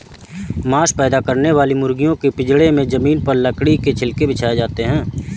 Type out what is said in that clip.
मांस पैदा करने वाली मुर्गियों के पिजड़े में जमीन पर लकड़ी के छिलके बिछाए जाते है